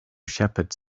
shepherds